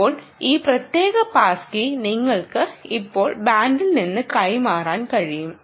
ഇപ്പോൾ ഈ പ്രത്യേക പാസ് കീ നിങ്ങൾക് ഇപ്പോൾ ബാൻഡിൽ നിന്ന് കൈമാറാൻ കഴിയും